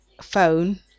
phone